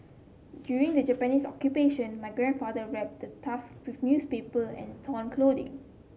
during the Japanese Occupation my grandfather wrapped the tusk with newspaper and torn clothing